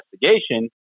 investigation